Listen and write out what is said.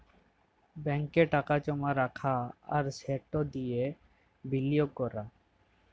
ব্যাংকে টাকা জমা রাখা আর সেট দিঁয়ে বিলিয়গ ক্যরা